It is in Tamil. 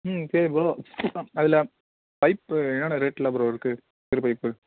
ம் சரி ப்ரோ அதில் பைப்பு என்னன்ன ரேட்டில் ப்ரோ இருக்குது திருப்பைப்பு